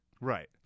Right